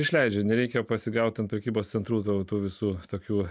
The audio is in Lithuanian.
išleidžia nereikia pasigautumei prekybos centrų tautų visų tokių